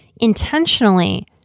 intentionally